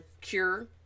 Cure